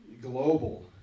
global